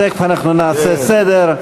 תכף אנחנו נעשה סדר.